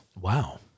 wow